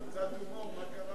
קצת הומור, מה קרה?